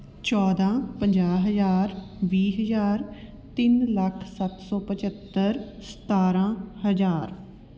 ਚੌਦ੍ਹਾਂ ਪੰਜਾਹ ਹਜ਼ਾਰ ਵੀਹ ਹਜ਼ਾਰ ਤਿੰਨ ਲੱਖ ਸੱਤ ਸੌ ਪਝੱਤਰ ਸਤਾਰ੍ਹਾਂ ਹਜ਼ਾਰ